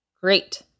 Great